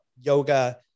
yoga